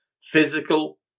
physical